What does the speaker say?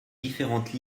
différentes